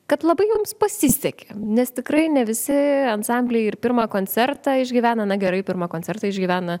kad labai jums pasisekė nes tikrai ne visi ansambliai ir pirmą koncertą išgyvena na gerai pirmą koncertą išgyvena